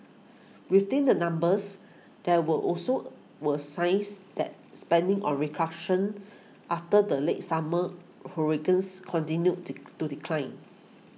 within the numbers there were also were signs that spending on after the late summer hurricanes continued to do decline